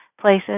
places